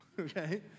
okay